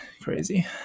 Crazy